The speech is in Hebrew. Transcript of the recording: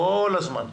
כל הזמן.